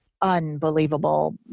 unbelievable